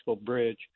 Bridge